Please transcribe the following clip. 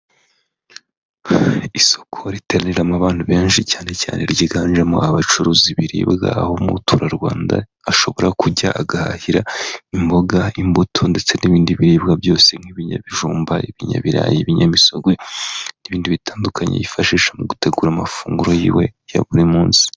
Isoko riteraniramo abantu benshi cyane cyane ryiganjemo abacuruza ibiribwa aho umuturarwanda ashobora kujya agahahira imboga, imbuto ndetse n'ibindi biribwa byose nk'ibinyabijumba, ibinyabirayi, ibinyamisogwe n'ibindi bitandukanye yifashisha mu gutegura amafunguro yiwe ya buri munsi.